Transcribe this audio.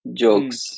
jokes